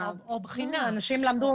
אנשים למדו,